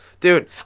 Dude